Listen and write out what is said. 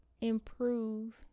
improve